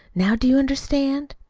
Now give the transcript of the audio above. now do you understand?